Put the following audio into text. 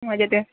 मजेत आहे